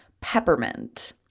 peppermint